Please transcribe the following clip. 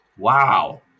wow